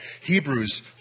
Hebrews